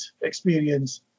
experience